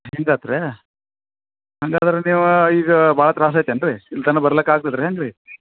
ಹಿಂಗ ಆಯಿತ್ರೇ ಹಂಗಾದ್ರೆ ನೀವು ಈಗ ಭಾಳ ತ್ರಾಸು ಐತೇನ್ರಿ ಇಲ್ಲಿ ತನ ಬರಲಿಕ್ಕೆ ಆಗ್ತದ್ರೇನ್ರಿ